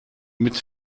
mit